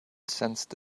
sensed